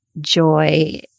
joy